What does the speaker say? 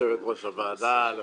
יושבת ראש הוועדה על